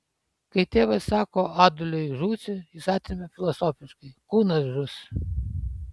kai tėvas sako adoliui žūsi jis atremia filosofiškai kūnas žus